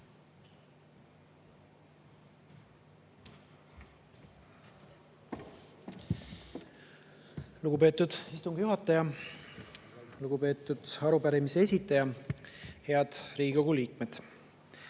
Lugupeetud istungi juhataja! Lugupeetud arupärimise esitaja! Head Riigikogu liikmed!